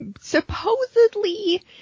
supposedly